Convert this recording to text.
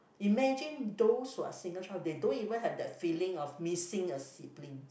imagine those who are single child they don't even have that feeling of missing a sibling